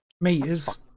Meters